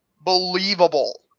believable